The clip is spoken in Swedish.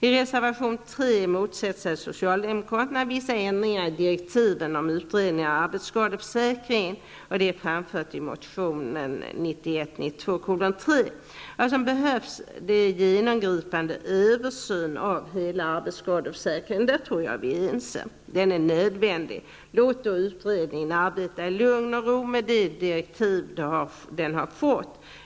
I reservation 3 motsätter sig socialdemokraterna vissa ändringar av direktiven i fråga om utredningar av arbetsskadeförsäkringen. Detta framförs i motion 1991/92:Sf3. Vad som behövs är en genomgripande översyn av hela arbetsskadeförsäkringen. På den punkten tror jag att vi är ense. En sådan översyn är alltså nödvändig. Låt därför utredningen arbeta i lugn och ro utifrån de direktiv som den har fått!